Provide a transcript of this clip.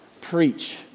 preach